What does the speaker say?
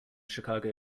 chicago